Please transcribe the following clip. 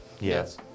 Yes